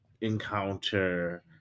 encounter